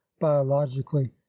biologically